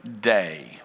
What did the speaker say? day